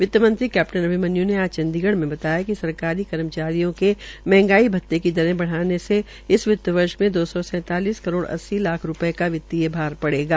वित्तमंत्री कैप्टन अभिमन्यू ने आज चंडीगढ़ में बताया कि सरकारी कर्मचारियों के महंगाई भत्ते की दरे बढाने से इस वित्त वर्ष में दो सौ सैतालिस करोड़ अस्सी लाख रूपये का वित्तीय भार पड़ेगा